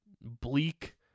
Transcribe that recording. bleak